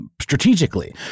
strategically